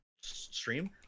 stream